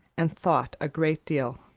and thought a great deal.